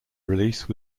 release